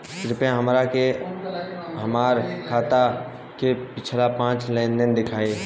कृपया हमरा के हमार खाता के पिछला पांच लेनदेन देखाईं